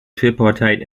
tripartite